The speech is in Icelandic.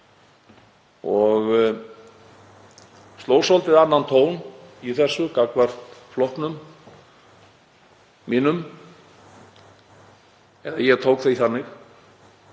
og sló svolítið annan tón í þessu gagnvart flokknum mínum, ég tók því þannig,